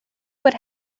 what